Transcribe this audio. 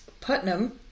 Putnam